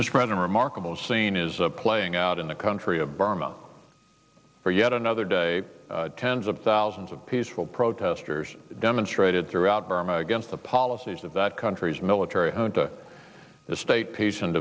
a remarkable scene is playing out in the country of burma for yet another day tens of thousands of peaceful protesters demonstrated throughout burma against the policies of that country's military junta the state patient